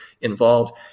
involved